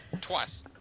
Twice